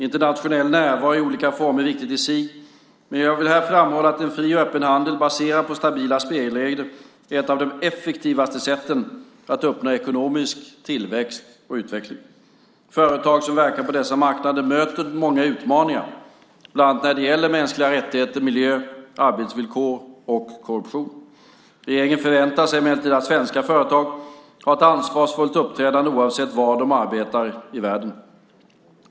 Internationell närvaro i olika former är viktig i sig, men jag vill här framhålla att en fri och öppen handel baserad på stabila spelregler är ett av de effektivaste sätten att uppnå ekonomisk tillväxt och utveckling. Företag som verkar på dessa marknader möter många utmaningar bland annat när det gäller mänskliga rättigheter, miljö, arbetsvillkor och korruption. Regeringen förväntar sig emellertid att svenska företag har ett ansvarsfullt uppträdande oavsett var de arbetar i världen.